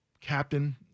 captain